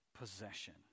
possession